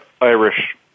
Irish